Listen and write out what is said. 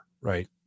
right